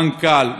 למנכ"ל,